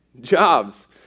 jobs